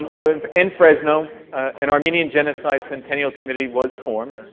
um in fresno an armenian genocide centennial committee was formed.